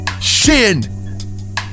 shin